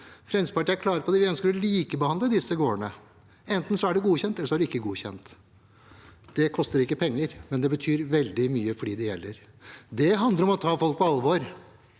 Fremskrittspartiet er klar på at vi ønsker å likebehandle disse gårdene – enten er de godkjent, eller så er de ikke godkjent. Det koster ikke penger, men det betyr veldig mye for dem det gjelder. Det handler om å ta folk på alvor.